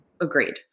Agreed